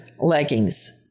leggings